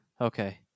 Okay